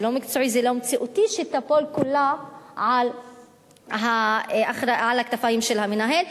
זה לא מקצועי וזה לא מציאותי שהיא תיפול כולה על הכתפיים של המנהל.